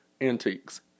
antiques